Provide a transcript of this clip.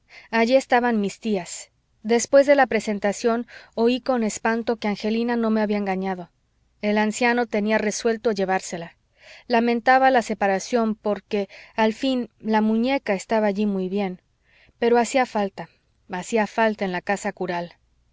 allí estaban mis tías después de la presentación oí con espanto que angelina no me había engañado el anciano tenía resuelto llevársela lamentaba la separación porque al fin la muñeca estaba allí muy bien pero hacía falta hacía falta en la casa cural